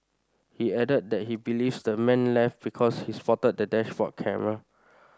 he added that he believes the man left because he spotted the dashboard camera